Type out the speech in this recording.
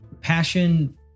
passion